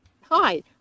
Hi